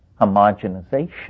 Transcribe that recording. homogenization